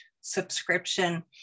subscription